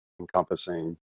encompassing